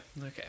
okay